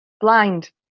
blind